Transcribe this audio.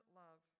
love